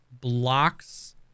blocks